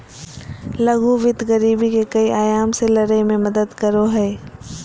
लघु वित्त गरीबी के कई आयाम से लड़य में मदद करो हइ